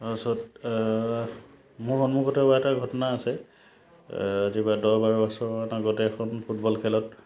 তাৰপাছত মোৰ সন্মুখতে হোৱা এটা ঘটনা আছে আজিৰ পৰা দহ বাৰ বছৰমান আগতে এখন ফুটবল খেলত